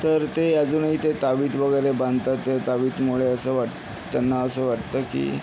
तर ते अजूनही ते तावीत वगैरे बांधतात त्या तावीतमुळे असं वाट त्यांना असं वाटतं की